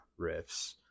riffs